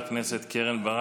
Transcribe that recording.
תודה רבה, חברת הכנסת קרן ברק.